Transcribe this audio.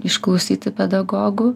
išklausyti pedagogų